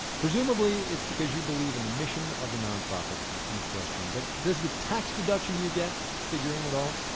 presumably it's because you believe in the mission of the nonprofit in question. but does the tax deduction you get figure in at all?